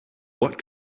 what